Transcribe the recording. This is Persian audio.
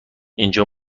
اینجا